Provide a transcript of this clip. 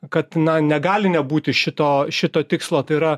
kad na negali nebūti šito šito tikslo tai yra